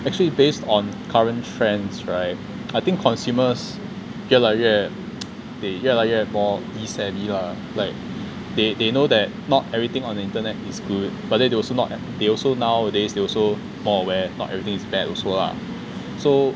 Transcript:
actually based on current trends right I think consumers 越来越 they 越来越 more e-savvy lah like they they know that not everything on the internet is good but then they also not they also nowadays they also know not everything is bad also lah so